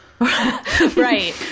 Right